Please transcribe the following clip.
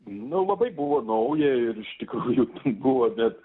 nu labai buvo nauja ir iš tikrųjų buvo bet